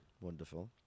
wonderful